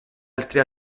altri